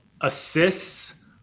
assists